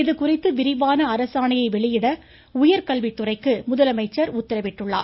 இதுகுறித்து விரிவான அரசாணையை வெளியிட உயர்கல்வித்துறைக்கு முதலமைச்சர் உத்தரவிட்டுள்ளார்